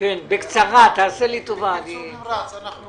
בקיצור נמרץ אנחנו